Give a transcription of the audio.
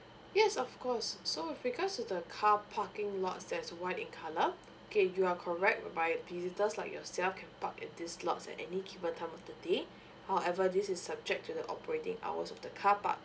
yes of course so with regards to the car parking lots that's white in colour okay you are correct whereby visitors like yourself can park at this lots at any given time of the day however this is subject to the operating hours of the carpark